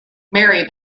mary